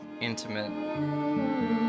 intimate